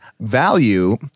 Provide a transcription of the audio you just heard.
value